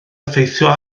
effeithio